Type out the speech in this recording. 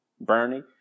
Bernie